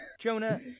Jonah